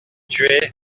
tué